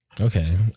okay